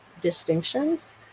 distinctions